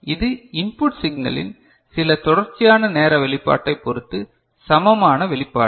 அது இன்புட் சிக்னலின் சில தொடர்ச்சியான நேர வெளிப்பாட்டைப் பொறுத்து சமமான வெளிப்பாடு